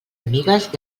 amigues